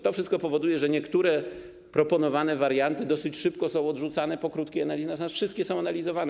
To wszystko powoduje, że niektóre proponowane warianty dosyć szybko są odrzucane, po krótkiej analizie, natomiast wszystkie są analizowane.